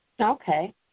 Okay